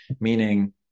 meaning